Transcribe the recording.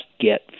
get